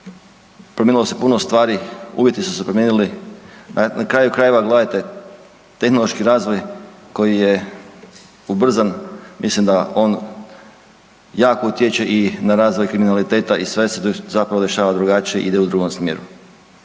promijenilo se puno stvari, uvjeti su se promijenili. Na kraju krajeva gledajte tehnološki razvoj koji je ubrzan mislim da on jako utječe i na razvoj kriminaliteta i sve se zapravo dešava drugačije i ide u drugom smjeru.